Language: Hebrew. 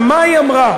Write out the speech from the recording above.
מה היא אומרת?